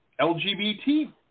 LGBT